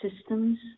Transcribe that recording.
systems